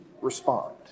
respond